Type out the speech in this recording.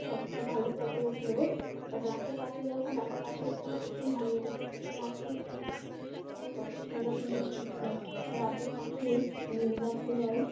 প্যাঁচটার ভালো ফটো উঠলো রাতে পাখি দেখা রাতে পাখি দেখতে আমার ভীষণ ভালো লাগে রাতে প্যাঁচা আর কত সুন্দর সুন্দর রাতে পাখি দেখা যায়